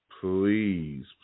please